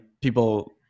people